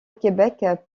québec